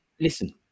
Listen